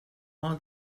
all